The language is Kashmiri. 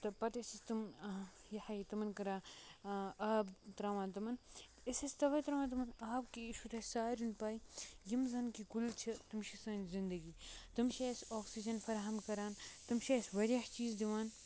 تہٕ پَتہٕ ٲسۍ أسۍ تِم یِہوے تِمن کران آب تراوان تِمن أسۍ ٲسۍ تَوے تراوان تِمن آب کہِ یہِ چھُو تۄہہِ سارین پَے یِم زَن کہِ کُلۍ چھِ تِم چھِ سٲنۍ زندگی تِم چھِ اَسہِ اوکسیٖجن فراہم کران تِم چھِ اَسہِ واریاہ چیٖز دِوان